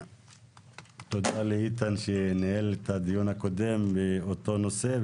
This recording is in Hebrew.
תודה לאיתן שניהל את הדיון הקודם באותו נושא.